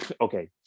okay